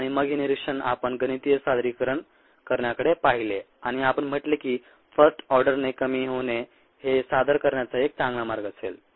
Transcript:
आणि मग हे निरीक्षण आपण गणितीय सादरीकरण करण्याकडे पाहिले आणि आपण म्हटले की फर्स्ट ऑर्डरने कमी होणे हे सादर करण्याचा एक चांगला मार्ग असेल